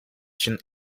için